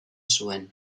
zuen